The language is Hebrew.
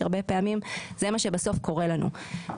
שהרבה פעמים זה מה שבסוף קורה לנו.